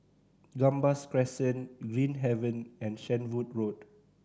Gambas Crescent Green Haven and Shenvood Road